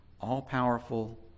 all-powerful